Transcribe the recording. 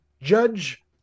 judge